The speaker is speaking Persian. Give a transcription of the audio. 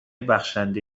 بخشنده